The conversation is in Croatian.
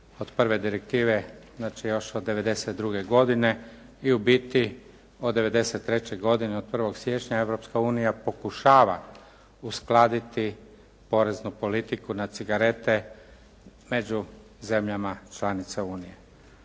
od prve direktive znači još od 1992. godine i u biti od 1993. godine od 1. siječnja Europska unija pokušava uskladiti poreznu politiku na cigarete među zemljama članicama unije.